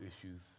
issues